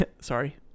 sorry